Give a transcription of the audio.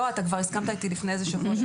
לא, אתה כבר הסכמת איתי לפני איזה שבוע-שבועיים.